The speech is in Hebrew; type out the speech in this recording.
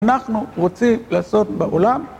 אנחנו רוצים לעשות בעולם